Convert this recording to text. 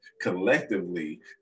collectively